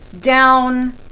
down